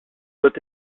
doit